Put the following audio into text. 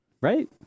right